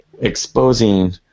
exposing